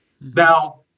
Now